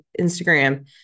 Instagram